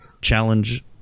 Challenge